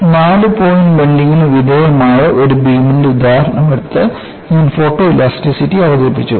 കൂടാതെ നാല് പോയിന്റ് ബെൻഡിങ്നു വിധേയമായ ഒരു ബീമിന്റെ ഉദാഹരണമെടുത്ത് ഞാൻ ഫോട്ടോഇലാസ്റ്റിസിറ്റി അവതരിപ്പിച്ചു